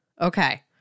okay